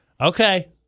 Okay